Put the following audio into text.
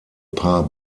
paar